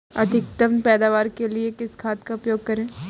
अधिकतम पैदावार के लिए किस खाद का उपयोग करें?